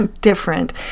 different